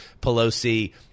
Pelosi